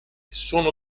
sono